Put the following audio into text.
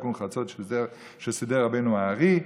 בתיקון חצות שסידר רבנו האר"י.